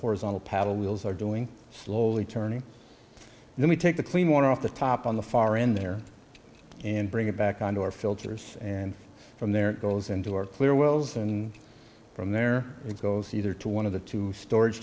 horizontal paddle wheels are doing slowly turning and then we take the clean one off the top on the far end there and bring it back on to our filters and from there it goes into our clear wells and from there it goes either to one of the two stor